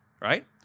right